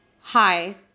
Hi